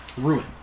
ruin